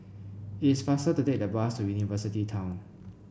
it is faster to take the bus to University Town